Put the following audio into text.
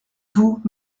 vous